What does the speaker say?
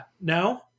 no